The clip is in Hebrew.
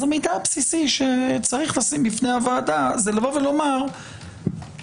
המידע הבסיסי שצריך לשים בפני הוועדה זה לבוא ולומר בכמה